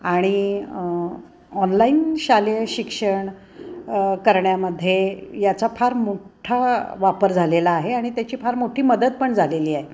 आणि ऑनलाईन शालेय शिक्षण करण्यामध्ये याचा फार मोठ्ठा वापर झालेला आहे आणि त्याची फार मोठी मदत पण झालेली आहे